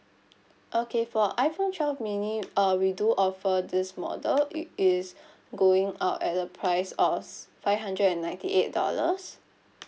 okay for iPhone twelve mini uh we do offer this model it is going out at the price of five hundred and ninety eight dollars